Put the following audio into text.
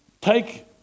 take